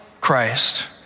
Christ